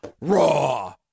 Raw